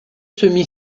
semi